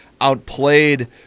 outplayed